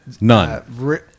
None